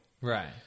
Right